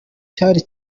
cyari